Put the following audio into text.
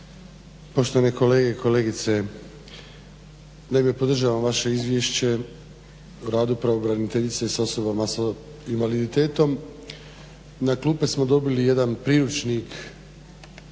poštovani kolege i kolegice. Naime, podržavam vaše Izvješće o radu pravobraniteljice za osobe s invaliditetom. Na klupe smo dobili jedan Priručnik